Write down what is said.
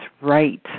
right